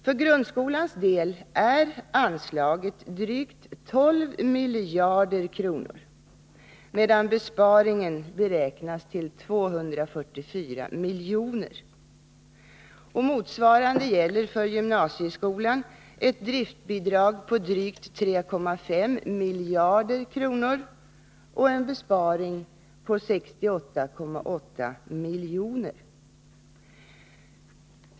För grundskolans del är anslaget drygt 12 miljarder, medan besparingen beräknas till 244 miljoner. Motsvarande gäller för gymnasieskolan: ett driftbidrag på drygt 3,5 miljarder och en besparing på 68,8 miljoner.